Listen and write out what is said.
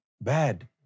bad